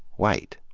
white.